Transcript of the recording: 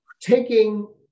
taking